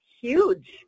huge